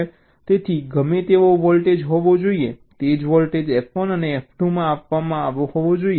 તેથી ગમે તેવો વોલ્ટેજ હોવો જોઈએ તે જ વોલ્ટેજ F1 અને F2 માં આવવો જોઈએ